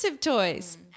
toys